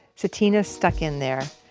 sutina stuck in there.